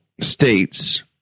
states